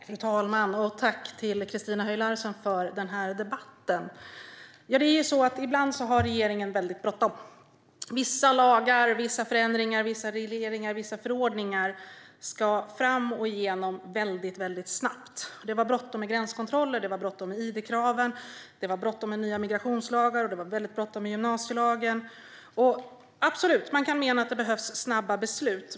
Fru talman! Jag till rikta ett tack till Christina Höj Larson för den här debatten. Ibland har regeringen väldigt bråttom. Vissa lagar, vissa förändringar, vissa regleringar och vissa förordningar ska fram och igenom väldigt snabbt. Det var bråttom med gränskontroller, id-krav och nya migrationslagar och väldigt bråttom med gymnasielagen. Man kan absolut mena att det behövs snabba beslut.